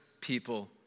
people